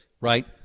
right